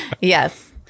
Yes